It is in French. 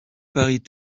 paris